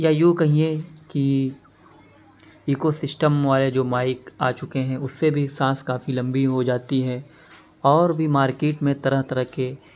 یا یوں کہیے کی ایکو سسٹم والے جو مائیک آ چکے ہیں اس سے بھی سانس کافی لمبی ہو جاتی ہے اور بھی مارکیٹ میں طرح طرح کے